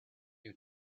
you